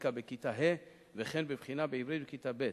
ובמתמטיקה בכיתה ה', וכן בבחינה בעברית בכיתה ב'.